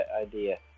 idea